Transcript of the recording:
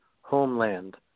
homeland